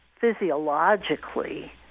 physiologically